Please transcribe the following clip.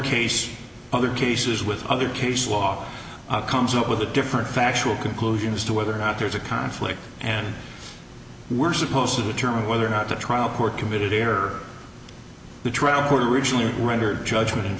case other cases with other case walk comes up with a different factual conclusion as to whether or not there's a conflict and we're supposed to determine whether or not the trial court committee or the trial court originally render judgment in